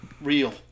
Real